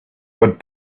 but